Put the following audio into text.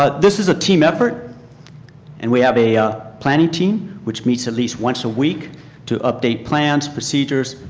ah this is a team effort and we have a a planning team which meets at least once a week to update plans, procedures,